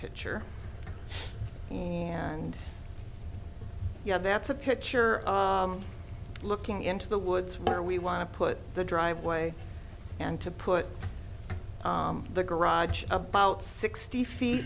picture and yeah that's a picture looking into the woods where we want to put the driveway and to put the garage about sixty feet